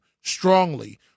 strongly